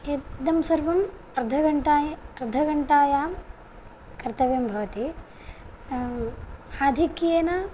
इदं सर्वम् अर्धघण्टाया अर्धघण्टायां कर्तव्यं भवति आधिक्येन